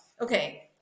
okay